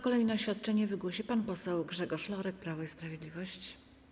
Kolejne oświadczenie wygłosi pan poseł Grzegorz Lorek, Prawo i Sprawiedliwość.